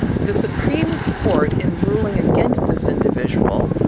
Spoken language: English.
the supreme court in ruling against this individual,